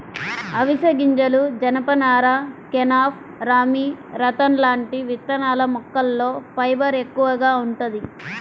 అవిశె గింజలు, జనపనార, కెనాఫ్, రామీ, రతన్ లాంటి విత్తనాల మొక్కల్లో ఫైబర్ ఎక్కువగా వుంటది